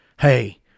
Hey